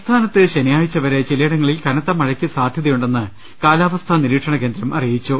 സംസ്ഥാനത്ത് ശനിയാഴ്ച വരെ ചിലയിടങ്ങളിൽ കനത്ത മഴയ്ക്ക് സാധ്യതയുണ്ടെന്ന് കാലാവസ്ഥാ നിരീക്ഷണകേന്ദ്രം അറിയിച്ചു